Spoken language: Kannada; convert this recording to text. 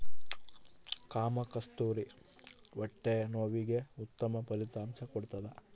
ಕಾಮಕಸ್ತೂರಿ ಹೊಟ್ಟೆ ನೋವಿಗೆ ಉತ್ತಮ ಫಲಿತಾಂಶ ಕೊಡ್ತಾದ